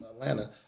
Atlanta